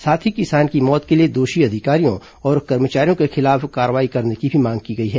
साथ ही किसान की मौत के लिए दोषी अधिकारियों और कर्मचारियों के खिलाफ कार्रवाई करने की भी मांग की गई है